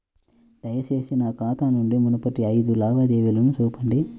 దయచేసి నా ఖాతా నుండి మునుపటి ఐదు లావాదేవీలను చూపండి